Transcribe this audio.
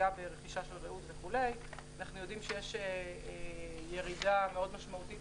אנחנו יודעים שיש ירידה מאוד משמעותית